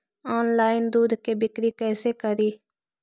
Online दुध के बिक्री कैसे करि?